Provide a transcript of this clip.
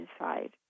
inside